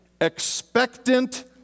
Expectant